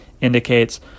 indicates